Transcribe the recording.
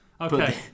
Okay